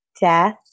death